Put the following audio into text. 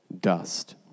dust